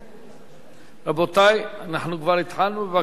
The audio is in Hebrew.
רבותי, אנחנו כבר התחלנו בבקשות